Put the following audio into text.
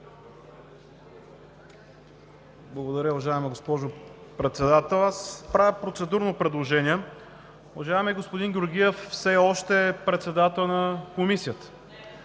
Благодаря, уважаема госпожо Председател. Правя процедурно предложение. Уважаемият господин Георгиев все още е председател на Комисията.